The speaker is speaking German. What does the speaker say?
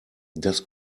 das